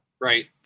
right